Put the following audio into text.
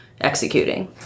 executing